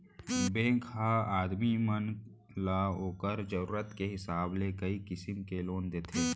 bank ह आदमी मन ल ओकर जरूरत के हिसाब से कई किसिम के लोन देथे